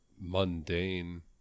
mundane